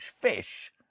fish